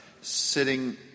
sitting